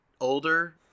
older